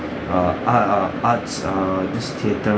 err art err arts err this theatre